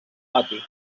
pati